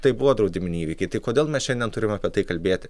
tai buvo draudiminiai įvykiai tai kodėl mes šiandien turim apie tai kalbėti